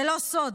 זה לא סוד,